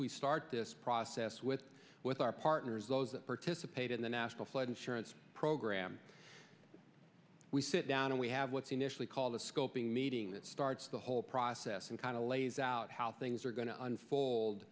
we start this process with with our partners those that participate in the national flood insurance program we sit down and we have what's initially called a scoping meeting that starts the whole process and kind of lays out how things are going to unfold